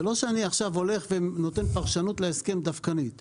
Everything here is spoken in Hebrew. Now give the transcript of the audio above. זה לא שאני נותן פרשנות דווקנית להסכם.